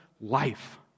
life